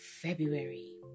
February